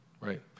right